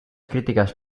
críticas